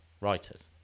writers